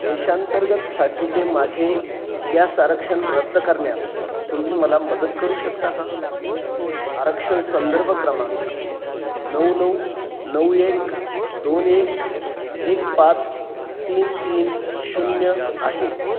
देशांतर्गतसाठीचे माझे ग्यॅस आरक्षण रद्द करण्यात तुम्ही मला मदत करू शकता का आरक्षण संदर्भ क्रमांक नऊ नऊ नऊ एक दोन एक एक पाच तीन तीन शून्य आहे